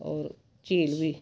होर झील बी